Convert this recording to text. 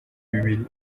bibiri